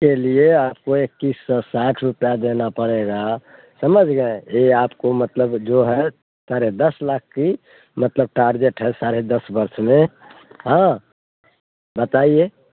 के लिए आपको इक्कीस सौ साठ रुपया देना पड़ेगा समझ गए हैं आपको मतलब जो है साढ़े दस लाख की मतलब टारगेट है साढ़े दस वर्ष में हाँ बताइए